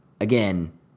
Again